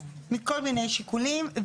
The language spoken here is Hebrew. מכל מיני שיקולים.